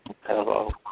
Hello